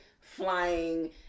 flying